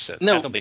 No